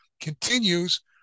continues